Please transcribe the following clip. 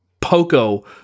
Poco